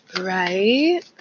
right